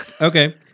Okay